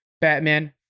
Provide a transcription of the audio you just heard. Batman